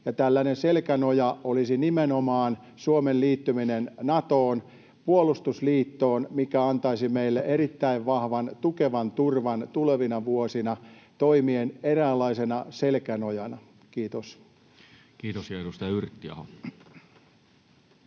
tällainen selkänoja olisi nimenomaan Suomen liittyminen Natoon, puolustusliittoon, mikä antaisi meille erittäin vahvan, tukevan turvan tulevina vuosina toimien eräänlaisena selkänojana. — Kiitos. Kiitos. — Edustaja Yrttiaho.